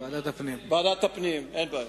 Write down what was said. ועדת הפנים, אין לי בעיה.